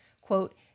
Quote